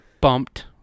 bumped